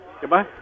Goodbye